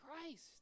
Christ